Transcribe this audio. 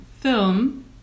Film